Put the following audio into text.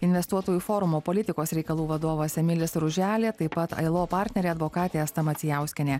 investuotojų forumo politikos reikalų vadovas emilis ruželė taip pat ailo partnerė advokatė asta macijauskienė